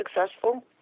successful